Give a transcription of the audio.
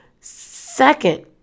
Second